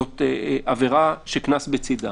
זאת עבירה שקנס בצידה,